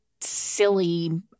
silly